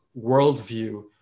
worldview